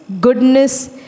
goodness